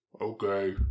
Okay